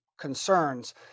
concerns